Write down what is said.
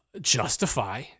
justify